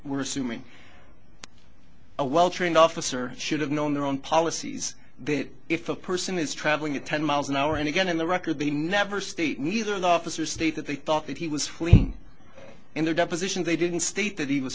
we're assuming a well trained officer should have known their own policies that if a person is travelling at ten miles an hour and again in the record they never state neither the officer state that they thought that he was in their deposition they didn't state that he was